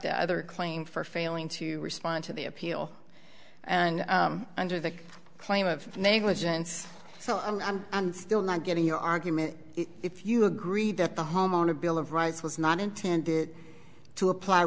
the other claim for failing to respond to the appeal and under the claim of negligence so i'm still not getting your argument if you agree that the homeowner bill of rights was not intended to apply